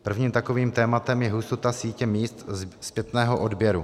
Prvním takovým tématem je hustota sítě míst zpětného odběru.